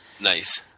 Nice